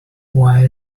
why